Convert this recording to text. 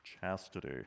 chastity